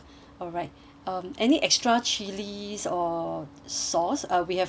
um any extra chillies or sauce uh we have um